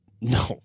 No